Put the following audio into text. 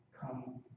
come